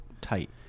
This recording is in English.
tight